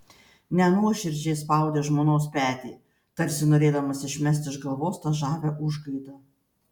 nenuoširdžiai spaudė žmonos petį tarsi norėdamas išmesti iš galvos tą žavią užgaidą